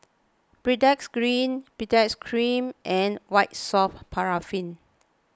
Baritex Cream Baritex Cream and White Soft Paraffin